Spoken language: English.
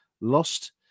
lost